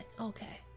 Okay